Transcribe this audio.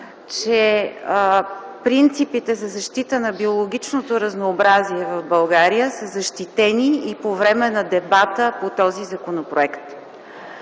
че принципите за защита на биологичното разнообразие в България са защитени и по време на дебата по този законопроект.